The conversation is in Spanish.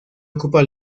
ocupa